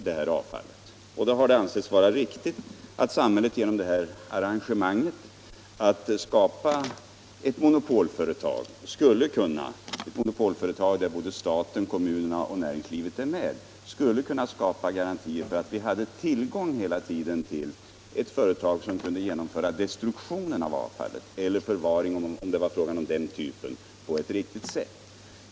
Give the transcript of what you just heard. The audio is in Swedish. Det har därför ansetts riktigt att samhället genom det här arrangemanget att bilda ett monopolföretag — där staten, kommunerna och näringslivet är med — skulle kunna skapa garantier för tillgång till ett företag som kunde genomföra destruktionen av avfallet eller förvaringen, om det var fråga om det, på ett riktigt sätt.